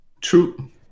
True